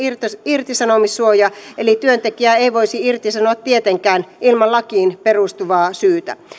irtisanomissuoja eli työntekijää ei voisi irtisanoa tietenkään ilman lakiin perustuvaa syytä